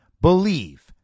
believe